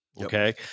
okay